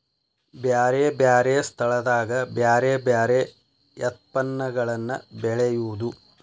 ಬ್ಯಾರೆ ಬ್ಯಾರೆ ಸ್ಥಳದಾಗ ಬ್ಯಾರೆ ಬ್ಯಾರೆ ಯತ್ಪನ್ನಗಳನ್ನ ಬೆಳೆಯುದು